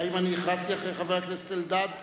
האם אני הכרזתי אחרי חבר הכנסת אלדד?